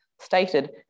stated